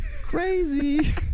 Crazy